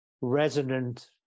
resonant